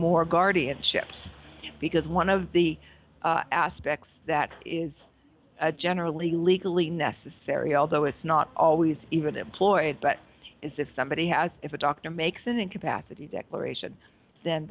more guardianship because one of the aspects that is generally legally necessary although it's not always even employed but is if somebody has if a doctor makes an incapacity declaration then